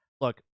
Look